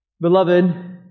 Beloved